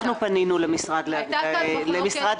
פנינו למשרד המשפטים,